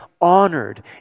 honored